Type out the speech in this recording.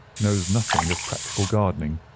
knows nothing of practical gardening.